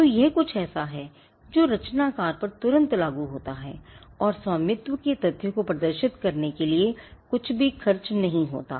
तो यह कुछ ऐसा है जो रचनाकार पर तुरंत लागू होता है और स्वामित्व के तथ्य को प्रदर्शित करने के लिए कुछ भी खर्च नहीं होता है